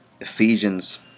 Ephesians